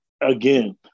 again